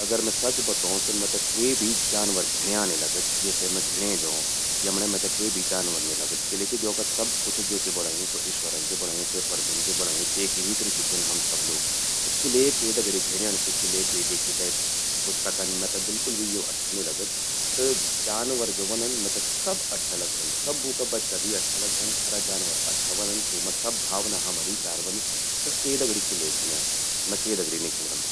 अगर मैं सच बतौं तब मेते क्वे जानवर घिंण्यां नी लगद, जैसे मैं घिंण्ये जौं, यमण्यें मैते क्वो भी जानवर नि लगद किले कि द्योंखि यो सब कुछ जेन चि बणंयूं, ते ईश्वरन चि बणयूं, ते प्रभुन चि बणयूं, तेकि ही कृति छिन हम सब लोग। त किले के द्येखि घिण्यंण चि, किले के द्येखि गुस्सा कन? मैते यो बिल्कुल भी अच्छू निं लगद। त जानवर ज्वो ह्वोंदन, मैते सब अच्छा लगदन, सभूं का बच्चा भी अच्छा लगदन। सरा जानवर अच्छा ह्वोंदन, तूंमां सब भावना हमरी चार ह्वोंदि। त के दगड़ि किले घिण्यंण? मैं के दगड़ि निं घिण्यंदू।